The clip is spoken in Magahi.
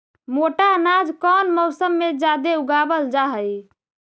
मोटा अनाज कौन मौसम में जादे उगावल जा हई?